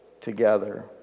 together